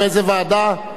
באיזה ועדה?